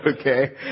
Okay